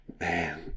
man